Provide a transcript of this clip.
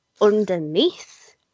underneath